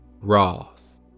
Wrath